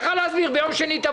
למיעוטים בפריפריה.